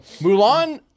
Mulan